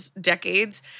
decades